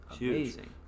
amazing